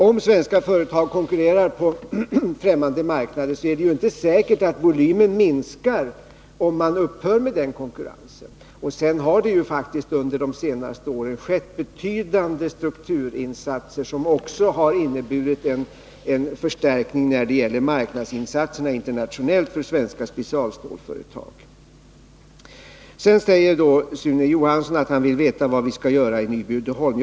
Om svenska företag konkurrerar på främmande marknader är det ju inte säkert att volymen minskar, om den konkurrensen upphör. Sedan har det faktiskt under de senaste åren gjorts betydande strukturinsatser, som också har inneburit en förstärkning när det gäller marknadsinsatserna internationellt för svenska specialstålsföretag. Sedan säger Sune Johansson att han vill veta vad vi skall göra i Nyby Uddeholm.